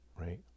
right